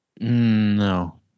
No